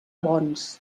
bons